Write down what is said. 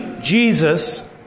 Jesus